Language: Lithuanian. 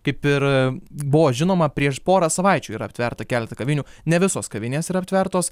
kaip ir buvo žinoma prieš porą savaičių yra aptverta keleta kavinių ne visos kavinės yra aptvertos